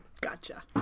Gotcha